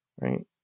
right